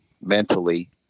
mentally